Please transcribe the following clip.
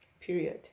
period